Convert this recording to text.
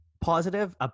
positive